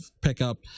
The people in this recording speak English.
pickup